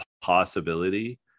possibility